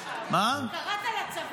מה שאנשים האלה עושים בזמן מלחמה.